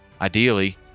ideally